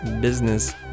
business